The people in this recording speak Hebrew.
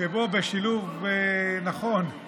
שבו, בשילוב נכון עם